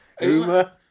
Uma